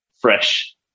fresh